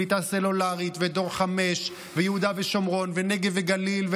קליטה סלולרית ודור 5 ויהודה ושומרון ונגב וגליל,